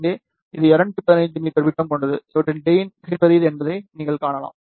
இங்கே இது 215 மீ விட்டம் கொண்டது அவற்றின் கெயின் மிகப் பெரியது என்பதை நீங்கள் காணலாம்